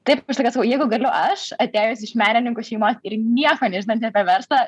taip aš tokia sakau jeigu galiu aš atėjusi iš menininkų šeimos ir nieko nežinanti apie verslą